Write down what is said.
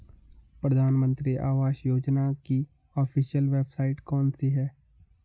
प्रधानमंत्री आवास योजना की official website कौन सी है?